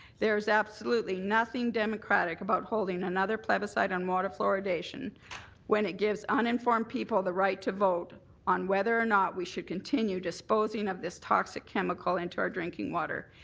there's absolutely nothing democratic about holding another plebiscite on water fluoridation when it gives uninformed people the right to vote on whether or not we should continue disposing this toxic chemical into our drinking water.